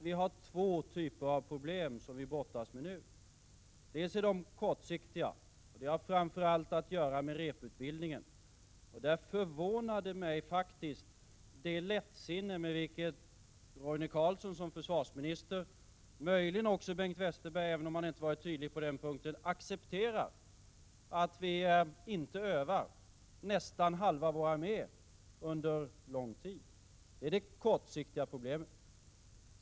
Vi har två typer av problem som vi brottas med i dag. Dels är det de kortsiktiga, dels de långsiktiga. De kortsiktiga problemen har framför allt att göra med reputbildningen. I det sammanhanget förvånar mig faktiskt det lättsinne med vilket Roine Carlsson som försvarsminister och möjligen också Bengt Westerberg, även om han inte har varit tydlig på den punkten, accepterat att vi under lång tid inte övar nästan halva vår armé. Detta är det kortsiktiga problemet.